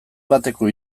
bateko